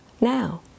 now